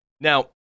Now